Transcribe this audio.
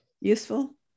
useful